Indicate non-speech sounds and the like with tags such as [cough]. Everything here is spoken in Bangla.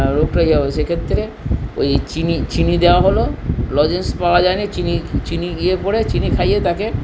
রোগটা [unintelligible] সেক্ষেত্রে ওই চিনি চিনি দেওয়া হলো লজেন্স পাওয়া যায় নি চিনি চিনি দিয়ে পরে চিনি খাইয়ে তাকে